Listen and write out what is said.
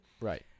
Right